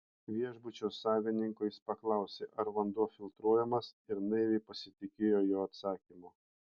viešbučio savininko jis paklausė ar vanduo filtruojamas ir naiviai pasitikėjo jo atsakymu